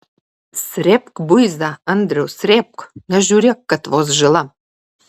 srėbk buizą andriau srėbk nežiūrėk kad vos žila